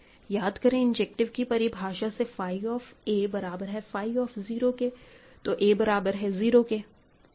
याद करें इंजेक्टिव की परिभाषा से फाई ऑफ़ a बराबर है फाई ऑफ़ 0 के तो a बराबर है 0 के